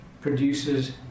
produces